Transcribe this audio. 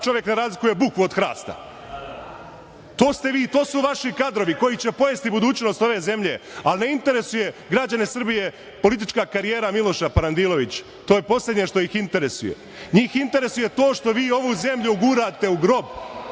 čovek ne razlikuje bukvu od hrasta. To ste vi. To su vaši kadrovi, koji će pojesti budućnost ove zemlje. Ali, ne interesuje građane Srbije politička karijera Miloša Parandilović, to je poslednje što ih interesuje. Njih interesuje to što vi ovu zemlju gurate u grob